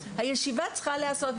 הישיבה צריכה להיעשות,